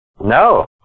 No